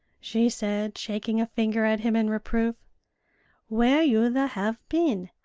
she said, shaking a finger at him in reproof where you the have been?